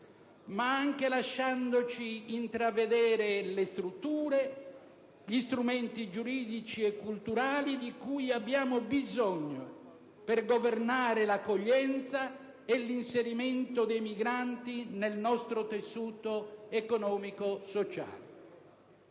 ma anche lasciandoci intravedere le strutture e gli strumenti giuridici e culturali dei quali abbiamo bisogno per governare l'accoglienza e l'inserimento dei migranti nel nostro tessuto economico e sociale.